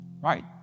Right